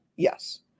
Yes